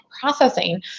processing